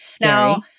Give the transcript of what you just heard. Now